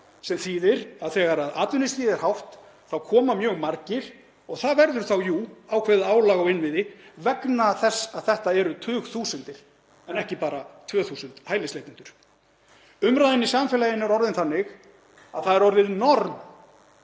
sem þýðir að þegar atvinnustigið er hátt þá koma mjög margir og það verður þá, jú, ákveðið álag á innviði vegna þess að þetta eru tugþúsundir en ekki bara 2.000 hælisleitendur. Umræðan í samfélaginu er orðin þannig að það er orðið norm